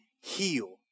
heal